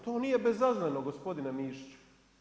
To nije bezazleno gospodine Mišiću.